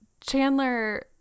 Chandler